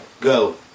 go